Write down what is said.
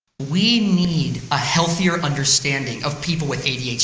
we need a healthier understanding of people with adhd,